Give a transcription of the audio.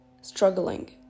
struggling